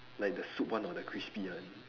like the soup one or the crispy one